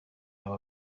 aba